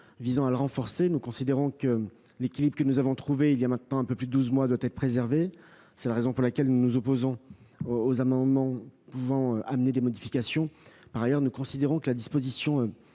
visant à le renforcer. Nous considérons que l'équilibre que nous avons trouvé il y a maintenant un peu plus de douze mois doit être préservé. C'est la raison pour laquelle nous nous opposons aux amendements visant à le modifier. Par ailleurs, nous considérons que la disposition